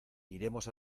iremos